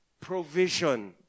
provision